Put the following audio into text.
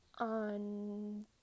On